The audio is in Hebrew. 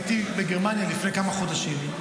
הייתי בגרמניה לפני כמה חודשים,